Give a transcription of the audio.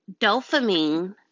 dopamine